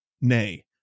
nay